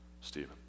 Stephen